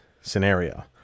scenario